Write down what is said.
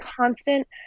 constant